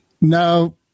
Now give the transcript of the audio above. No